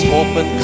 open